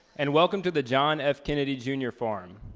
and welcome to the john f. kennedy jr. forum.